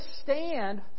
stand